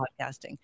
podcasting